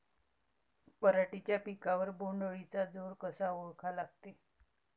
पराटीच्या पिकावर बोण्ड अळीचा जोर कसा ओळखा लागते?